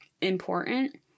important